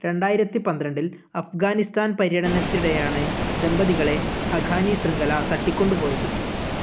രണ്ടായിരത്തിപന്ത്രണ്ടിൽ അഫ്ഗാനിസ്താൻ പര്യടനത്തിനിടെയാണ് ദമ്പതികളെ ഹഖാനി ശൃംഖല തട്ടിക്കൊണ്ടുപോയത്